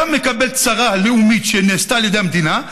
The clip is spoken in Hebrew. אתה מקבל צרה לאומית שנעשתה על ידי המדינה,